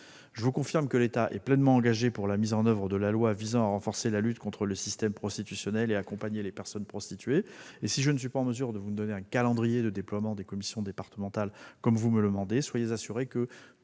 Je vous confirme que l'État est pleinement engagé pour la mise en oeuvre de la loi visant à renforcer la lutte contre le système prostitutionnel et à accompagner les personnes prostituées, et si je ne suis pas en mesure de vous communiquer de calendrier de déploiement des commissions départementales, soyez assurée,